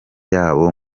yabo